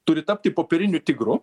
turi tapti popieriniu tigru